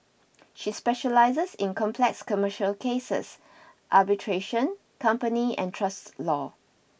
she specialises in complex commercial cases arbitration company and trust law